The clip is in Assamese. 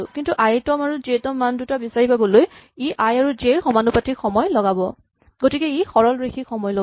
কিন্তু আই তম আৰু জে তম মান দুটা বিচাৰি পাবলৈ ই আই আৰু জে ৰ সমানুপাতিক সময় লগাব গতিকে ই সৰলৰৈখিক সময় ল'ব